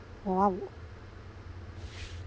!wow!